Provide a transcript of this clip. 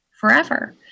forever